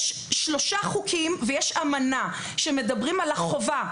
יש שלושה חוקים ויש אמנה שמדברים על החובה